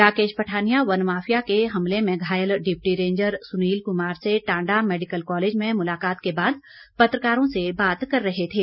राकेश पठानिया वन माफिया के हमले में घायल डिप्टी रेंजर सुनील कुमार से टांडा मैडिकल कॉलेज में मुलाकात के बाद पत्रकारों से बात कर रहे थे